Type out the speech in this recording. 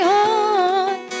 on